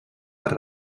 per